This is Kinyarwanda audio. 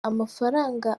amafaranga